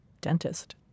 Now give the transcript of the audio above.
dentist